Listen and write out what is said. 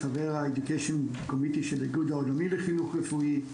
חבר education committee של האיגוד העולמי לחינוך רפואי.